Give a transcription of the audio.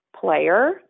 player